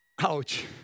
Ouch